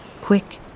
Quick